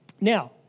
Now